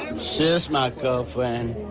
my girlfriend,